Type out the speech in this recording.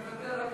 אני מוותר.